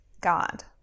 God